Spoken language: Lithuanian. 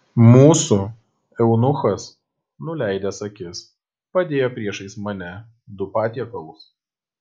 mūsų eunuchas nuleidęs akis padėjo priešais mane du patiekalus